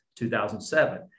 2007